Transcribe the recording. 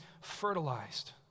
fertilized